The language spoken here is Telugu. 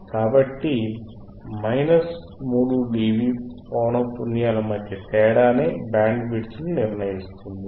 కాబట్టి 3dB పౌనఃపున్యాల మధ్య తేడానే బ్యాండ్ విడ్త్ ని నిర్ణయిస్తుంది